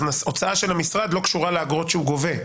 שהוצאה של המשרד לא קשורה לאגרות שהוא גובה.